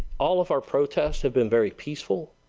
all of our protests have been very peaceful.